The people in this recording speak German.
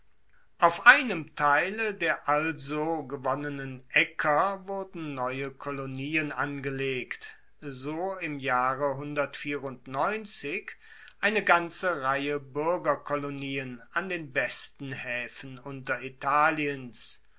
auf einem teile der also gewonnenen aecker wurden neue kolonien angelegt so im jahre eine ganze reihe buergerkolonien an den besten haefen unteritaliens